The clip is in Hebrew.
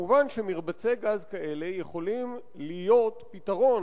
מובן שמרבצי גז כאלה יכולים להיות פתרון